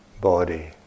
body